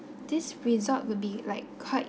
this resort would be like quite